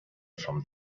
from